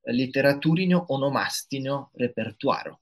literatūrinio onomastinio repertuaro